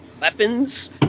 weapons